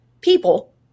people